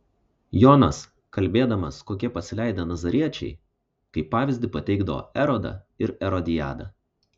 jonas kalbėdamas kokie pasileidę nazariečiai kaip pavyzdį pateikdavo erodą ir erodiadą